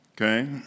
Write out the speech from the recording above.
okay